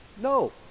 No